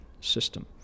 system